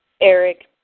Eric